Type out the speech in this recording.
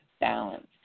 balance